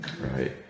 Right